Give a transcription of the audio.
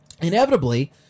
inevitably